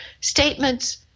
statements